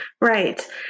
right